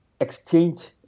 exchange